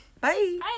Bye